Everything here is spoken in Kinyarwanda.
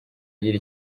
agira